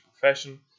profession